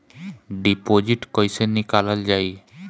Deposit कैसे निकालल जाइ?